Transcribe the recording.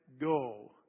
go